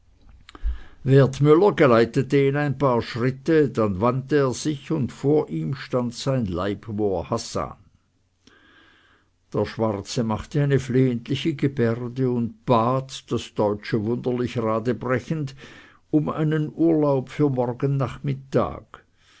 wertmüller geleitete ihn ein paar schritte dann wandte er sich und vor ihm stand sein leibmohr hassan der schwarze machte eine flehentliche gebärde und bat das deutsche wunderlich radbrechend um einen urlaub für morgen nachmittag